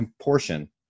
portion